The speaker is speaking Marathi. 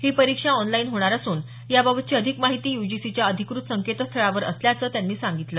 ही परीक्षा ऑनलाईन होणार असून याबाबतची अधिक माहिती युजीसीच्या अधिकृत संकेतस्थळावर असल्याचं त्यांनी सांगितलं